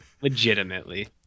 legitimately